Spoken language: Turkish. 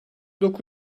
dokuz